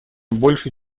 большей